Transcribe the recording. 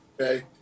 okay